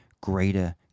greater